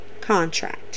contract